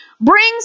brings